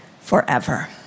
forever